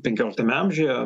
penkioliktame amžiuje